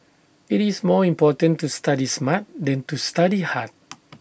IT is more important to study smart than to study hard